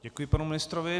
Děkuji panu ministrovi.